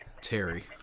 Terry